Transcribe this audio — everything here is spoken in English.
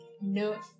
No